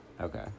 Okay